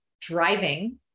driving